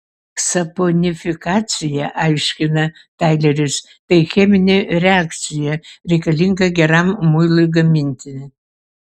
saponifikacija aiškina taileris tai cheminė reakcija reikalinga geram muilui gaminti